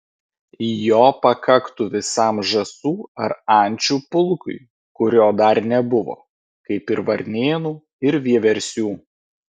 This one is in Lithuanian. jo pakaktų visam žąsų ar ančių pulkui kurio dar nebuvo kaip ir varnėnų ir vieversių